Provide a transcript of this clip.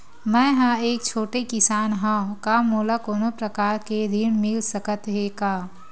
मै ह एक छोटे किसान हंव का मोला कोनो प्रकार के ऋण मिल सकत हे का?